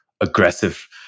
aggressive